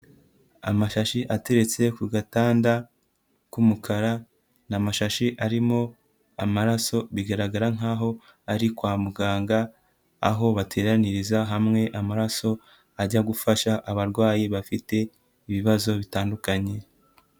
Amashashi ateretse ku gatanda k'umukara, ni amashashi arimo amaraso bigaragara nkaho ari kwa muganga, aho bateraniriza hamwe amaraso ajya gufasha abarwayi bafite ibibazo bitandukanye.